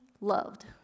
loved